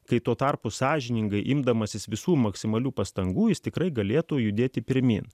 kai tuo tarpu sąžiningai imdamasis visų maksimalių pastangų jis tikrai galėtų judėti pirmyn